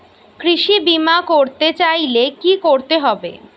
কৃষি বিমা করতে চাইলে কি করতে হবে?